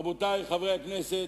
רבותי חברי הכנסת,